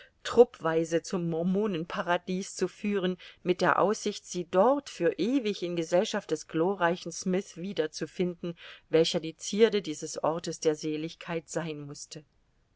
truppweise zum mormonenparadies zu führen mit der aussicht sie dort für ewig in gesellschaft des glorreichen smyth wieder zu finden welcher die zierde dieses ortes der seligkeit sein mußte